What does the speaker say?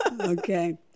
Okay